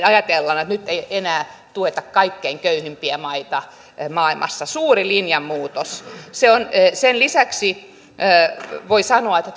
ajatellaan että nyt ei enää tueta kaikkein köyhimpiä maita maailmassa suuri linjanmuutos sen lisäksi voi sanoa että